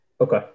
Okay